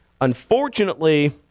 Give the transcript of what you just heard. Unfortunately